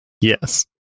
Yes